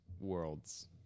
worlds